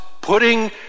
putting